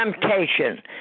temptation